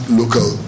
local